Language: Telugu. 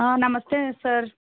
నమస్తే సార్